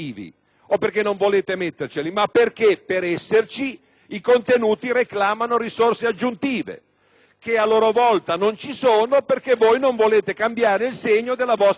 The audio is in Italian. che a loro volta non ci sono perché voi non volete cambiare il segno della vostra politica di bilancio, da duramente restrittiva a responsabilmente espansiva.